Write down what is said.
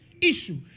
issue